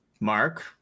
Mark